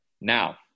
Now